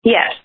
Yes